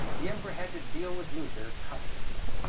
the emperor had to deal with luther cautiously.